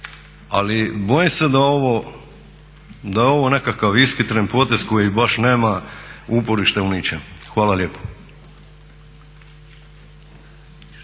Ali bojim se da je ovo nekakav ishitren potez koji baš nema uporište u ničem. Hvala lijepo.